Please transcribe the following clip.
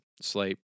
sleep